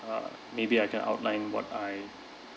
uh maybe I can outline what I